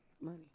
money